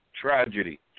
tragedy